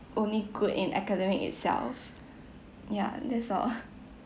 only good in academic itself ya that's all